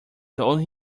told